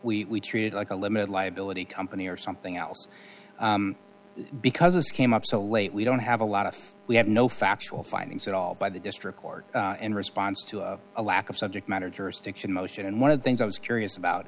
go we treated like a limited liability company or something else because this came up so late we don't have a lot of we have no factual findings at all by the district court in response to a lack of subject matter jurisdiction motion and one of the things i was curious about